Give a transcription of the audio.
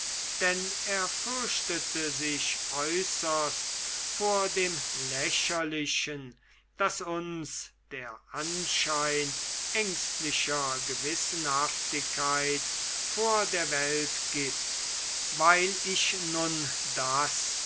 denn er fürchtete sich äußerst vor dem lächerlichen das uns der anschein ängstlicher gewissenhaftigkeit vor der welt gibt weil ich nun das